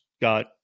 got